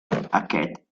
cat